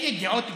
אלה דעות קדומות,